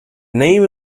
name